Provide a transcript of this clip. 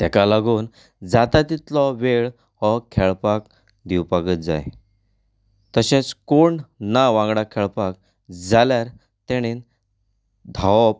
ताका लागून जाता तितलो वेळ हो खेळपाक दिवपाकूच जाय तशेंच कोण ना वांगडा खेळपाक जाल्यार ताणें धांवप